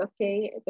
Okay